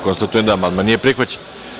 Konstatujem da amandman nije prihvaćen.